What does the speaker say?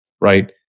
right